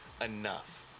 enough